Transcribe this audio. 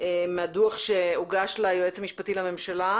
מהדוח שהוגש ליועץ המשפטי לממשלה